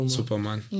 Superman